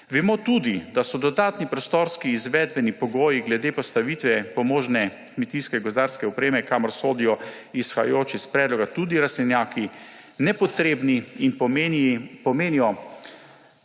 Vemo tudi, da so dodatni prostorski izvedbeni pogoji glede postavitve pomožne kmetijske-gozdarske opreme, kamor sodijo, izhajajoč iz predloga, tudi rastlinjaki, nepotrebni in pomenijo